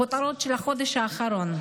הכותרות של החודש האחרון: